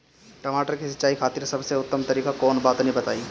टमाटर के सिंचाई खातिर सबसे उत्तम तरीका कौंन बा तनि बताई?